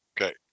Okay